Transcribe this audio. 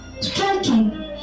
striking